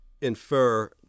infer